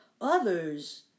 others